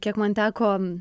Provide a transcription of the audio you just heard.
kiek man teko